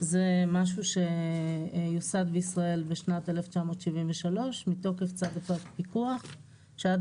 זה משהו שיוסד בישראל בשנת 1973 מתוקף צו פיקוח שעד